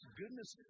goodness